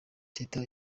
teta